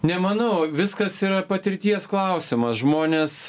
nemanau viskas yra patirties klausimas žmonės